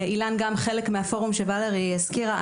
איל"ן גם חלק מהפורום שולרי הזכירה.